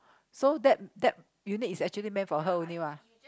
so that that unit is actually meant for her only mah